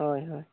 ᱦᱳᱭ ᱦᱳᱭ